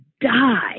die